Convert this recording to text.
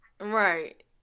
Right